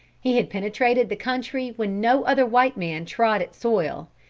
he had penetrated the country when no other white man trod its soil.